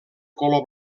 color